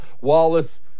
Wallace